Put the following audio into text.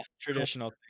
traditional